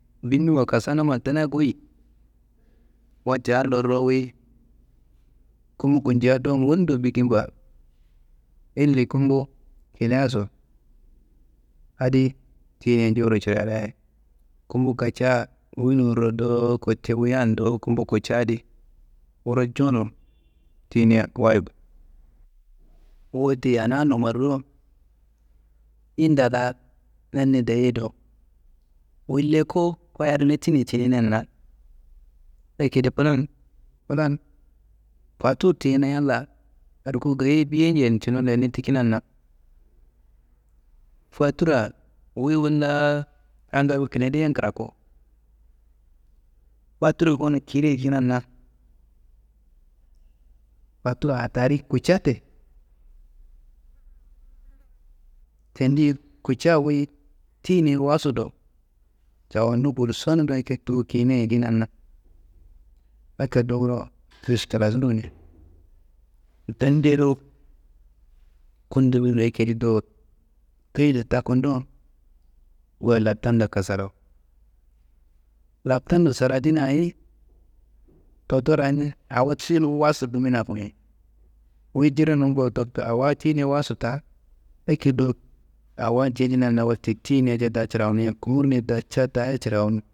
Bimiwa kasanumma duna goyi, wote adi lorro wuyi, gumbu kutca nguddundo biki ba, ille gumbu kiliaso, adiyi tiyinian jowuro cirayi nayi, gumbu kuca, wunuro dowo kote wuyiando gumbu kutca adi, wuro jowuro tiyinia wayi, wote ana lamarro yinda la nanne dayei do, wu lekowo fayar letini cininanna, akedi fulan fulan fatur teyena yalla arko gaye biye njan, cunu leni tikinana, faturra wu wolla angal woli kilediyen kirako. Fatur goni ciyiro yikiyinana, foturra attari kutca te, tendiyi kutca wuyi tiyini wasudo, cawandu gulsonu do akedo kiyinar yikinna. Akedo wunu, dan dayei do akedi do, keyila takunu dowo, goyi lattamdo kassaro. Laptanna saradina ayi? Dottorrayi ni awo tiyinum wasu bimina ko. Wuyi njirenum ko awa tiyiniayi wasu ta, akedo awo jedinanna wote tiyinia ca ta cirawunu. Kowurunia ta ca ta cirawunu.